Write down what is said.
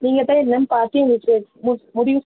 நீங்கள்தான் என்னென்று பார்த்து எங்களுக்கு மு முடிவு